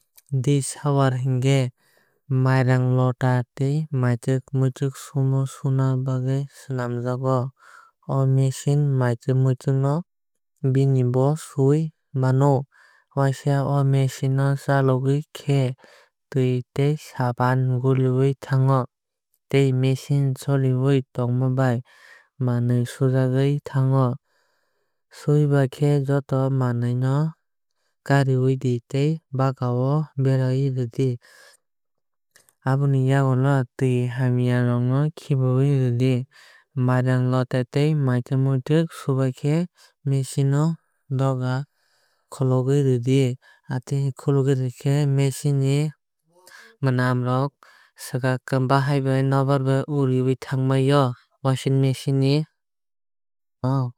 Dishwasher hinkhe mairang luta tei maitwk muitwk suna bagwui swlamjago. O machine maitwk muitwk no bini bo no sui mano. Waisa o machine o chalwk khe tui tei sapan goliui thango tei machine chliui tongma bai manwui sujagui thango. Suiba khe joto manwui no karwi di tei baka o berai rwdi. Aboni yak ulo tui hamya no khibwui rwdi. Mairang luta tei maitwk mwitwk subai khe machine no doga kholobui rwdi. Atwui khe kuluigwui rwikhai machine ni mwnam rok swkakkhai bahai bai nkbar bai uriui thangbai o wasing machine ni.